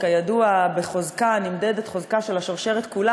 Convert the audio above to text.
שכידוע בחוזקה נמדדת חוזקה של השרשרת כולה,